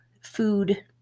food